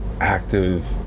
active